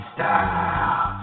Style